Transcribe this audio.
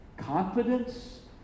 Confidence